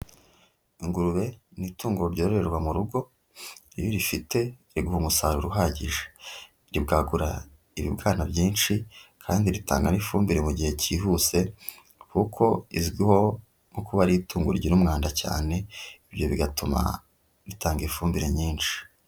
Ingurube ni itungo ryororerwa mu rugo, iyo urifite riguha umusaruro uhagije, ribwagura ibibwana byinshi kandi ritanga n'ifumbire mu gihe cyihuse kuko izwiho nko kuba ari itungo rigira umwanda cyane, ibyo bigatuma ritanga ifumbire nyinshi.